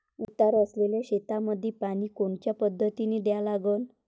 उतार असलेल्या शेतामंदी पानी कोनच्या पद्धतीने द्या लागन?